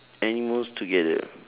animals together